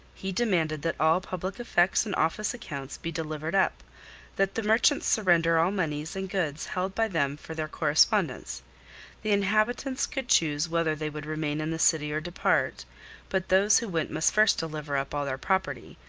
he demanded that all public effects and office accounts be delivered up that the merchants surrender all moneys and goods held by them for their correspondents the inhabitants could choose whether they would remain in the city or depart but those who went must first deliver up all their property,